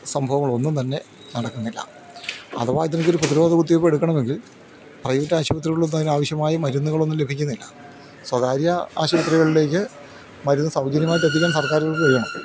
സംഭവങ്ങൾ ഒന്നും തന്നെ നടക്കുന്നില്ല അഥവാ ഇതിനൊക്കൊരു പ്രതിരോധ കുത്തിവെയ്പ്പ് എടുക്കണമെങ്കിൽ പ്രൈവറ്റ് ആശുപത്രികളിൽ ഒന്നും അതിന് ആവശ്യമായി മരുന്നുകൾ ഒന്നും ലഭിക്കുന്നില്ല സ്വകാര്യ ആശുപത്രികളിലേക്ക് മരുന്ന് സൗജന്യമായിട്ട് എത്തിക്കാൻ സർക്കാരിത് ചെയ്യണം